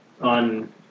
on